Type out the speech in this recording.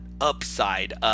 upside